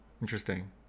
Interesting